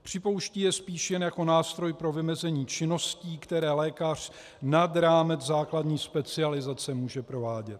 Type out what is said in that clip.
Připouští je spíš jako nástroj pro vymezení činností, které lékař nad rámec základní specializace může provádět.